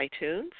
iTunes